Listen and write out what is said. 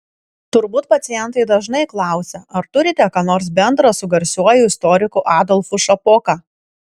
turbūt pacientai dažnai klausia ar turite ką nors bendro su garsiuoju istoriku adolfu šapoka